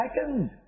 second